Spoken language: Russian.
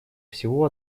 всего